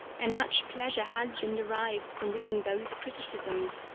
and much pleasure has been derived from reading those criticisms,